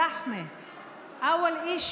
(אומרת בערבית: